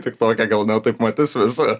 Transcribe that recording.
tik toke gal ne taip matys visą